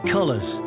Colours